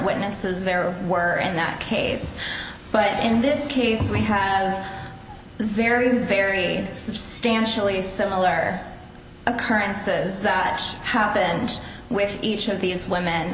witnesses there were in that case but in this case we have very very substantially similar occurrences that house been with each of these women